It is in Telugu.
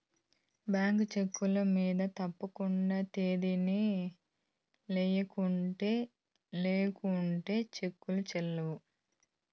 బ్యేంకు చెక్కుల మింద తప్పకండా తేదీని ఎయ్యల్ల లేకుంటే సెక్కులు సెల్లవ్